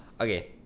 okay